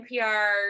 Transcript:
npr